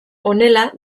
honela